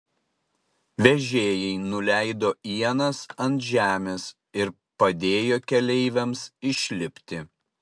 vežėjai nuleido ienas ant žemės ir padėjo keleiviams išlipti